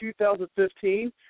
2015